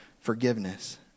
forgiveness